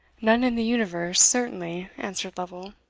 none in the universe, certainly, answered lovel.